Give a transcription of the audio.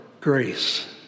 grace